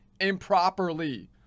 improperly